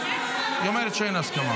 לא, אין הסכמה.